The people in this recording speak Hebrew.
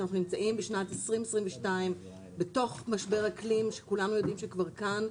שאנחנו נמצאים בשנת 2022 בתוך משבר האקלים שכולם יודעים שהוא כבר כאן,